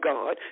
God